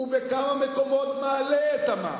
ובכמה מקומות הייתי מעלה את המס.